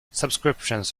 subscriptions